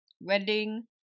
Wedding